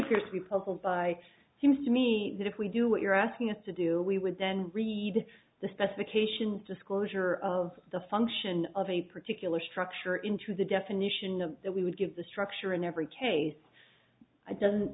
appears to be puzzled by seems to me that if we do what you're asking us to do we would then read the specifications disclosure of the function of a particular structure into the definition of that we would give the structure in every case doesn't